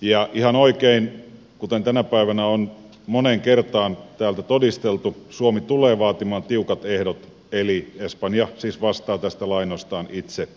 ja ihan oikein kuten tänä päivänä on moneen kertaan täältä todisteltu suomi tulee vaatimaan tiukat ehdot eli espanja siis vastaa tästä lainastaan itse